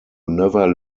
never